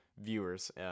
viewers